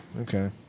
Okay